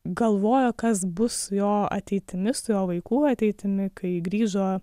galvojo kas bus su jo ateitimi su juo vaikų ateitimi kai grįžo